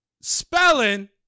Spelling